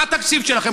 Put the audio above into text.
מה התקציב שלכם,